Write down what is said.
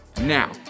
Now